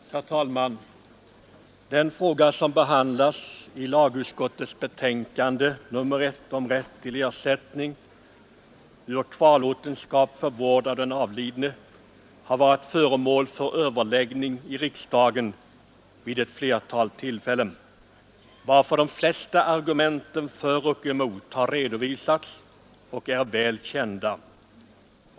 Herr talman! Den fråga som behandlas i lagutskottets betänkande nr 1 om rätt till ersättning ur kvarlåtenskap för vård av den avlidne har varit föremål för överläggning i riksdagen vid ett flertal tillfällen, varför de flesta argumenten för och emot har redovisats och är väl kända.